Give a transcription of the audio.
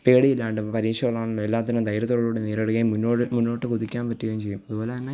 പേടിയില്ലാണ്ട് പരീക്ഷകളോട് എല്ലാത്തിനും ധൈര്യത്തോടുകൂടി നേരിടുകയും മുന്നോട് മുന്നോട്ട് കുതിക്കാന് പറ്റുകയും ചെയ്യും അതുപോലെതന്നെ